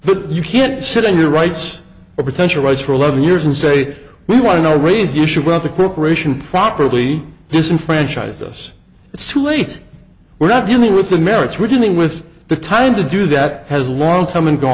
but you can't sit on your rights or potential rights for eleven years and say we want to know raise the issue of the corporation properly disenfranchise us it's too late we're not dealing with the merits we're dealing with the time to do that has long come and